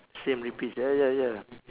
same repeats ya ya ya